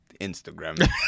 Instagram